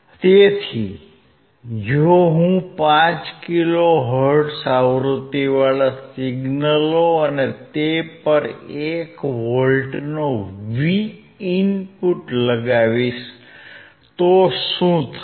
તેથી જો હું 5 કિલોહર્ટ્ઝ આવૃતિવાળા સિગ્નલો અને તે પર 1 વોલ્ટનો Vin લગાવીશ તો શું થશે